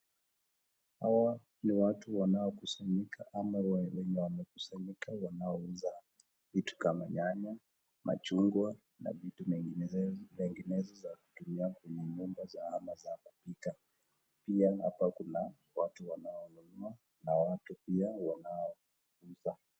Hawa ni watu wanaokusanyika ama wamama wanaokisanyika wanaouza vitu kama nyanya, machungwa na nyinginezo. Pia hapa kuna watu wanaonunua na watu wanaouza.